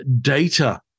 data